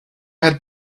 had